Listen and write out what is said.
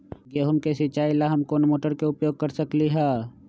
गेंहू के सिचाई ला हम कोंन मोटर के उपयोग कर सकली ह?